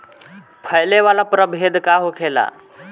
फैले वाला प्रभेद का होला?